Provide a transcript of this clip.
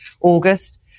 August